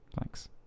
Thanks